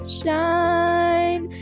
shine